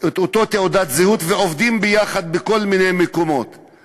תעודת זהות ואנחנו עובדים יחד בכל מיני מקומות,